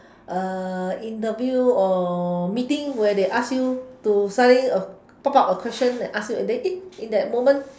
uh interview or meeting where they ask you to suddenly uh top up a question and ask you and eh in that moment